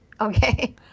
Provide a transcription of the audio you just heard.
okay